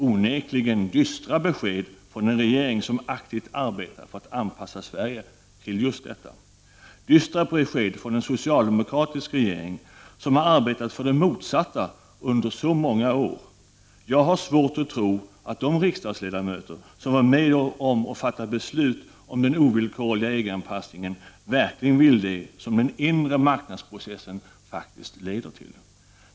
Det är onekligen dystra besked från en regering som aktivt arbetar för att anpassa Sverige till just detta. Det är dystra besked från en socialdemokra tisk regering som har aårbetat för det motsatta under så många år. Jag har = Prot. 1989/90:32 svårt att tro att de riksdagsledamöter som var med och fattade beslut om den 24 november 1989 ovillkorliga EG-anpassningen verkligen vill det som den inre marknadspro-= cessen faktiskt leder till.